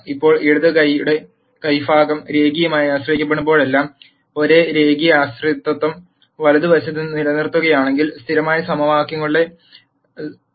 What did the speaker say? ഇപ്പോൾ ഇടത് കൈഭാഗം രേഖീയമായി ആശ്രയിക്കപ്പെടുമ്പോഴെല്ലാം ഒരേ രേഖീയ ആശ്രിതത്വം വലതുഭാഗത്ത് നിലനിർത്തുകയാണെങ്കിൽ സ്ഥിരമായ സമവാക്യങ്ങളുടെ അവസ്ഥ നമുക്കുണ്ട്